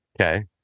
Okay